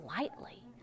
lightly